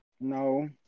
No